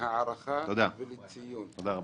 עכשיו ב-13 בדצמבר,